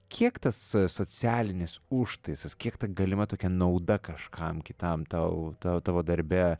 kiek tas socialinis užtaisas kiek galima tokia nauda kažkam kitam tau tau tavo darbe